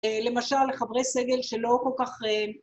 למשל, לחברי סגל שלא כל כך...